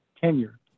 tenure